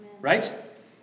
right